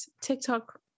TikTok